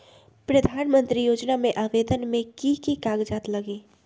प्रधानमंत्री योजना में आवेदन मे की की कागज़ात लगी?